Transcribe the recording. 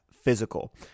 physical